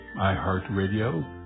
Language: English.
iHeartRadio